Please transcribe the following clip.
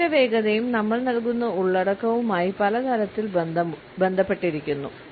പിച്ചിന്റെ വേഗതയും നമ്മൾ നൽകുന്ന ഉള്ളടക്കവുമായി പല തരത്തിൽ ബന്ധപ്പെട്ടിരിക്കുന്നു